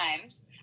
times